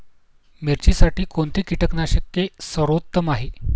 मिरचीसाठी कोणते कीटकनाशके सर्वोत्तम आहे?